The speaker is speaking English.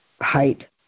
height